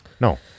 no